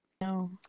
No